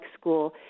school